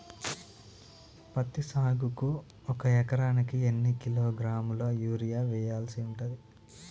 పత్తి సాగుకు ఒక ఎకరానికి ఎన్ని కిలోగ్రాముల యూరియా వెయ్యాల్సి ఉంటది?